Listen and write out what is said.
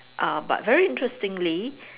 uh but very interestingly